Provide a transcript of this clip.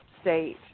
state